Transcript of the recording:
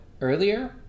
earlier